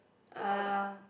uh